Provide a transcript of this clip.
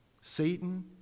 Satan